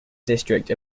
district